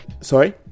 sorry